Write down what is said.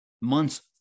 months